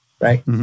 right